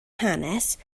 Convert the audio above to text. hanes